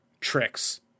tricks